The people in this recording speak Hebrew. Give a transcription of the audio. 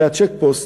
אחרי הצ'ק-פוסט,